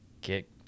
Get